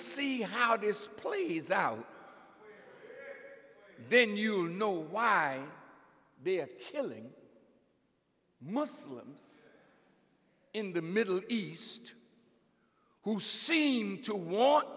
see how this plays out then you know why they're killing muslims in the middle east who seem to want